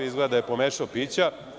Izgleda da je pomešao pića.